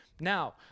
Now